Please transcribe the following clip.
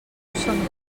són